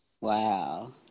wow